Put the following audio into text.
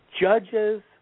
judge's